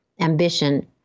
ambition